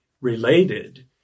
related